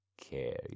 care